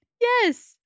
Yes